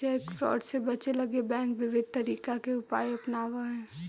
cheque fraud से बचे लगी बैंक विविध तरीका के उपाय अपनावऽ हइ